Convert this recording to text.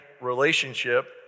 relationship